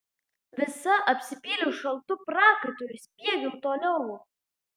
visa apsipyliau šaltu prakaitu ir spiegiau toliau